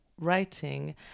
writing